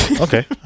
okay